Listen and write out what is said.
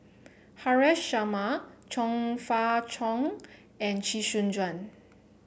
Haresh Sharma Chong Fah Cheong and Chee Soon Juan